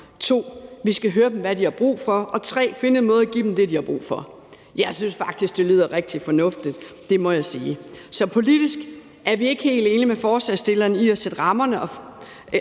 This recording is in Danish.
2) vi skal høre dem, hvad de har brug for, og 3) vi skal finde en måde at give dem det, de har brug for. Jeg synes faktisk, det lyder rigtig fornuftigt; det må jeg sige. Så politisk er vi helt enige med forslagsstillerne i, at vi skal sætte rammerne